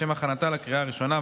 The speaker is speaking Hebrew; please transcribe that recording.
לשם הכנתה לקריאה הראשונה.